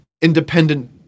independent